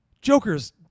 Joker's